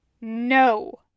No